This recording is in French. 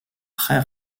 près